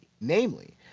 Namely